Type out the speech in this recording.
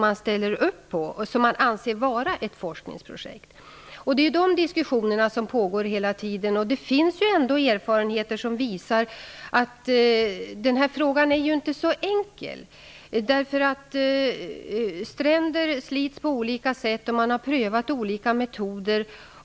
Det är sådana diskussioner som pågår hela tiden. Det finns ändå erfarenheter som visar att den här frågan inte är så enkel. Stränder slits på olika sätt, och man har prövat olika metoder.